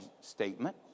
statement